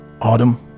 Autumn